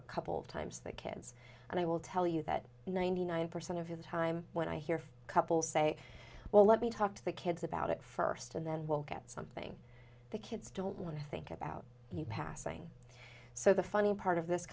a couple of times that kids and i will tell you that ninety nine percent of the time when i hear couples say well let me talk to the kids about it first and then we'll get something the kids don't want to think about the passing so the funny part of this